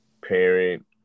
parent